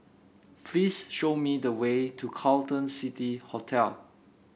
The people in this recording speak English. please show me the way to Carlton City Hotel